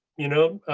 you know,